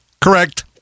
correct